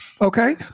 Okay